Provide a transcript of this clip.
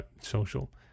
social